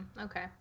Okay